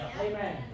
amen